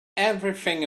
everything